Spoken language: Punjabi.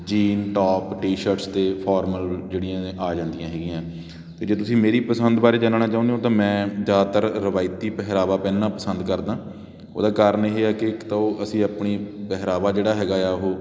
ਜੀਨ ਟੋਪ ਟੀ ਸ਼ਰਟਸ ਅਤੇ ਫੋਰਮਲ ਜਿਹੜੀਆਂ ਨੇ ਆ ਜਾਂਦੀਆਂ ਹੈਗੀਆਂ ਅਤੇ ਜੇ ਤੁਸੀਂ ਮੇਰੀ ਪਸੰਦ ਬਾਰੇ ਜਾਨਣਾ ਚਾਹੁੰਦੇ ਹੋ ਤਾਂ ਮੈਂ ਜ਼ਿਆਦਾਤਰ ਰਵਾਇਤੀ ਪਹਿਰਾਵਾ ਪਹਿਨਣਾ ਪਸੰਦ ਕਰਦਾਂ ਉਹਦਾ ਕਾਰਨ ਇਹ ਹੈ ਕਿ ਇੱਕ ਤਾਂ ਉਹ ਅਸੀਂ ਆਪਣੀ ਪਹਿਰਾਵਾ ਜਿਹੜਾ ਹੈਗਾ ਆ ਉਹ